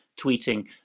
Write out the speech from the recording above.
tweeting